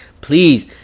Please